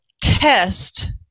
test